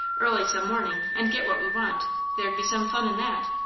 early some morning, and get what we want there'd be some fun in that.